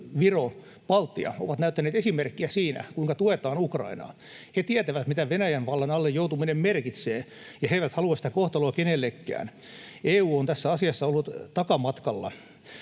Viro, Baltia ovat näyttäneet esimerkkiä siinä, kuinka tuetaan Ukrainaa. He tietävät, mitä Venäjän vallan alle joutuminen merkitsee, ja he eivät halua sitä kohtaloa kenellekään. EU on tässä asiassa ollut takamatkalla.